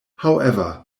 however